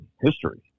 history